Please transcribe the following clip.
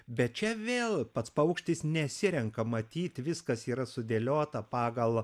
bet čia vėl pats paukštis nesirenka matyt viskas yra sudėliota pagal